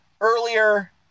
earlier